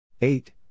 Eight